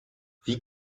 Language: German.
wie